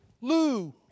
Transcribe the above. Lou